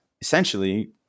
essentially